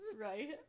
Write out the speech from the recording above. right